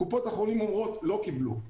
קופות החולים אומרות שהן לא קיבלו.